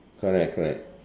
correct correct